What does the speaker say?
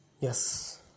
Yes